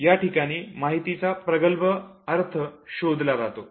याठिकाणी माहितीचा प्रगल्भ अर्थ शोधला जातो